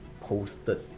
posted